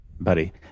Buddy